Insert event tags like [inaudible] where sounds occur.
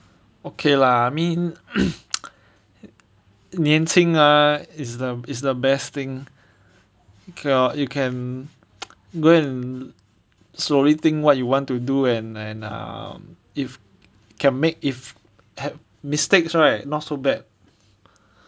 okay lah I mean [coughs] [noise] 年轻 ah is the is the best thing you can [noise] go and slowly think what you want to do and and um if can make if have mistakes right not so bad